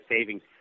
savings